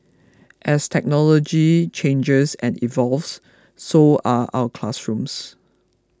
as technology changers and evolves so are our classrooms